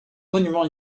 monuments